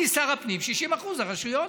אני שר הפנים, 60% הרשויות.